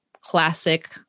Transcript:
classic